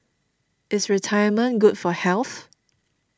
is retirement good for health